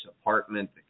apartment